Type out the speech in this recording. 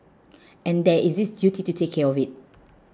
and there is this duty to take care of it